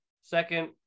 second